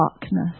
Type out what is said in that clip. darkness